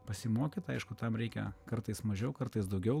pasimokyt aišku tam reikia kartais mažiau kartais daugiau